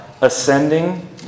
ascending